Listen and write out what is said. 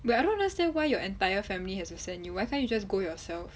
but I don't understand why your entire family has to send you why can't you just go yourself